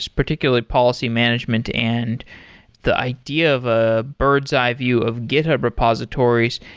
particularly policy management and the idea of a bird's eye view of github repositories.